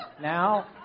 Now